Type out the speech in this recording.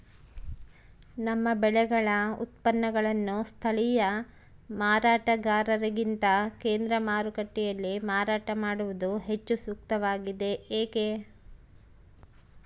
ನಮ್ಮ ಬೆಳೆಗಳ ಉತ್ಪನ್ನಗಳನ್ನು ಸ್ಥಳೇಯ ಮಾರಾಟಗಾರರಿಗಿಂತ ಕೇಂದ್ರ ಮಾರುಕಟ್ಟೆಯಲ್ಲಿ ಮಾರಾಟ ಮಾಡುವುದು ಹೆಚ್ಚು ಸೂಕ್ತವಾಗಿದೆ, ಏಕೆ?